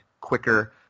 quicker